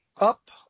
up